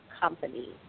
company